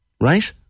right